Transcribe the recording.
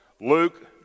Luke